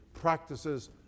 practices